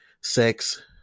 sex